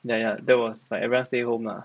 ya ya that was like everyone stay home lah